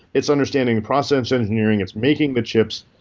it's understanding the process engineering. it's making the chips.